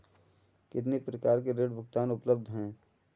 कितनी प्रकार के ऋण भुगतान उपलब्ध हैं?